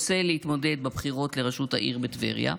רוצה להתמודד בבחירות לראשות העיר בטבריה?